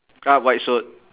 ah white shirt